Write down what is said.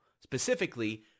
Specifically